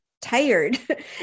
tired